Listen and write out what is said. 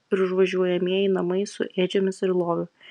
ir užvažiuojamieji namai su ėdžiomis ir loviu